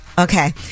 Okay